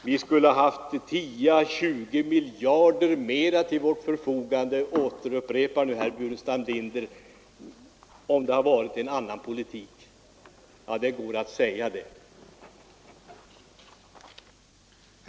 Vi skulle ha haft 10 å 20 miljarder mera till vårt förfogande, återupprepade nu herr Burenstam Linder, om det hade förts en annan politik. Ja, det går att säga, eftersom ni inte måste bevisa ert påstående!